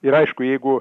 ir aišku jeigu